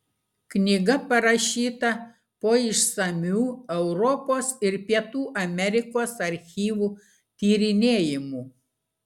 knyga parašyta po išsamių europos ir pietų amerikos archyvų tyrinėjimų